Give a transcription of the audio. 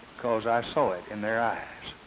because i saw it in their eyes